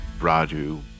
Radu